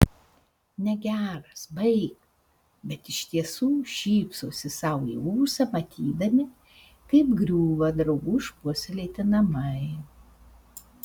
negeras baik bet iš tiesų šypsosi sau į ūsą matydami kaip griūva draugų išpuoselėti namai